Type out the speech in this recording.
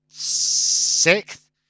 Sixth